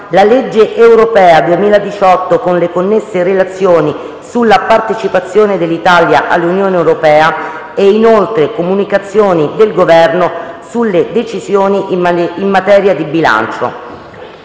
la legge europea 2018 con le connesse relazioni sulla partecipazione dell’Italia all’Unione europea e, inoltre, comunicazioni del Governo sulle decisioni in materia di bilancio.